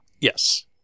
Yes